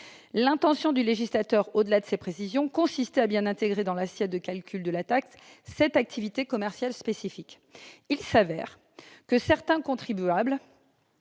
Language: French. L'intention du législateur, au-delà de ces précisions, consistait à bien intégrer dans l'assiette de calcul de la taxe cette activité commerciale spécifique. Or il s'avère que certains contribuables-